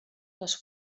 les